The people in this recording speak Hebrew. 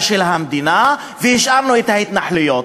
של המדינה והשארנו את ההתנחלויות.